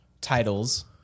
titles